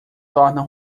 tornam